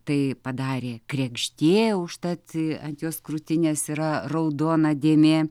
tai padarė kregždė užtat ant jos krūtinės yra raudona dėmė